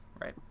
right